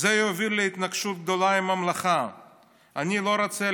"זה יוביל להתנגשות גדולה עם הממלכה"; "אני לא רוצה